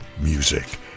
music